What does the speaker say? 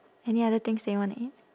any other things that you wanna eat